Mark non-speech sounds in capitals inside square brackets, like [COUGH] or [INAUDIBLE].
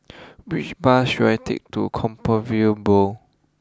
[NOISE] which bus should I take to Compassvale Bow